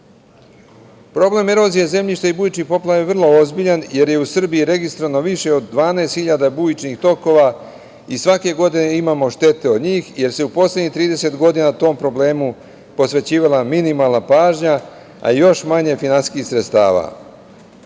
Problem erozije zemljišta i bujičnih poplava je vrlo ozbiljan jer je u Srbiji registrovano više od 12 hiljada bujičnih tokova i svake godine imamo štete od njih, jer se u poslednjih 30 godina tom problemu posvećivala minimalna pažnja, a još manje finansijskih sredstava. Imajući